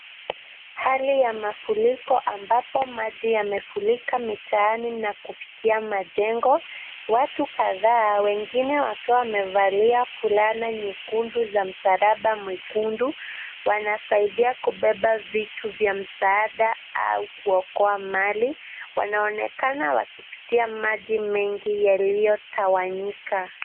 Hali ya mafuriko ambapo maji yamefurika mitaani na kufikia majengo. Watu kadhaa wengine wakiwa wamevalia fulana nyekundu za Msalaba Mwekundu wanasaidia kubeba vitu vya msaada au kuokoa mali. Wanaoenekana wakipitia maji mengi yaliyotawanyika.